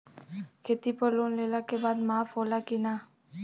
खेती पर लोन लेला के बाद माफ़ होला की ना?